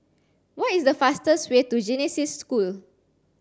what is the fastest way to Genesis School